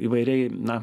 įvairiai na